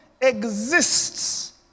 exists